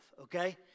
Okay